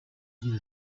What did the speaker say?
agira